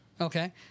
Okay